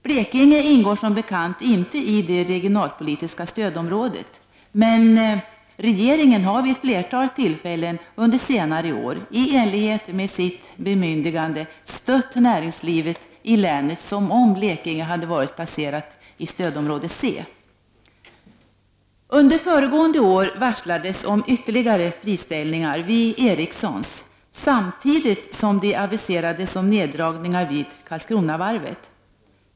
Blekinge ingår som bekant inte i de regionalpolitiska stödområdena, men regeringen har vid ett flertal tillfällen under senare år i enlighet med sitt bemyndigande stött näringslivet i länet som om Blekinge hade varit placerat i stödområde C. Under föregående år varslades om ytterligare friställningar vid Ericssons samtidigt som det aviserades om neddragningar vid Karlskronavarvet.